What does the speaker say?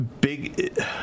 big